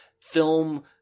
film